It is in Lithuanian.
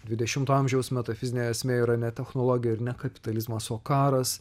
dvidešimto amžiaus metafizinė esmė yra ne technologija ir ne kapitalizmas o karas